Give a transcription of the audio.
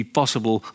possible